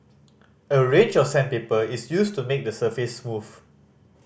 a range of sandpaper is used to make the surface smooth